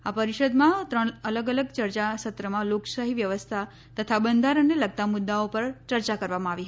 આ પરિષદમાં ત્રણ અલગ અલગ ચર્ચા સત્રમાં લોકશાહી વ્યવસ્થા તથા બંધારણને લગતા મુદ્દાઓ પર ચર્ચા કરવામાં આવી હતી